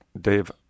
Dave